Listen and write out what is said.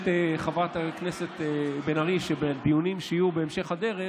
חברת הכנסת בן ארי אומרת שבדיונים שיהיו בהמשך הדרך